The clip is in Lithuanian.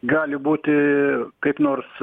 gali būti kaip nors